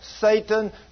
Satan